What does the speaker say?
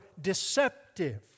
deceptive